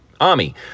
army